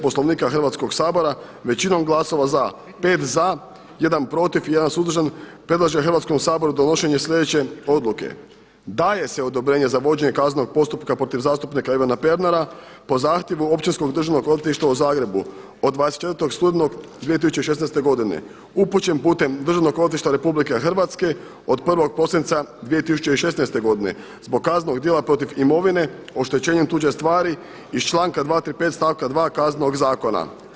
Poslovnika Hrvatskog sabora većinom glasova za, 5 za, 1 protiv i 1 suzdržan predlaže Hrvatskom saboru donošenje sljedeće odluke: Daje se odobrenje za vođenje kaznenog postupka protiv zastupnika Ivana Pernara po zahtjevu Općinskog državnog odvjetništva u Zagrebu od 24. studenog 2016. godine upućen putem Državnog odvjetništva Republike Hrvatske od 1. prosinca 2016. godine zbog kaznenog djela protiv imovine oštećenjem tuđe stvari iz članka 235. stavka 2. Kaznenog zakona.